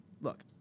look